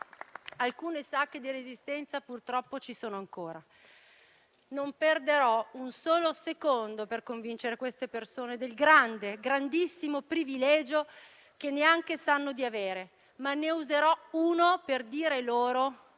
Alcune sacche di resistenza purtroppo ci sono ancora. Non perderò un solo secondo per convincere queste persone del grandissimo privilegio che neanche sanno di avere, ma ne userò uno per dire loro